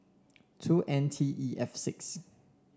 two N T E F six